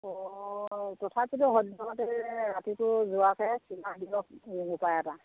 অ' তথাপিতো সদ্যহতে ৰাতিটো যোৱাকৈ কিবা দিয়ক উপায় এটা